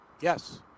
yes